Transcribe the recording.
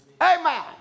Amen